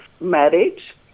marriage